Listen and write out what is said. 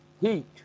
heat